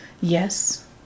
Yes